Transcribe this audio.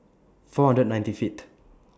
four hundred and ninety Fifth